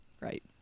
Right